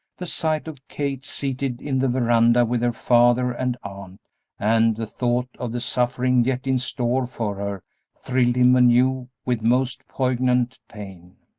the sight of kate seated in the veranda with her father and aunt and the thought of the suffering yet in store for her thrilled him anew with most poignant pain.